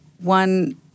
one